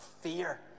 fear